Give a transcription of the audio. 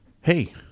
hey